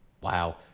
Wow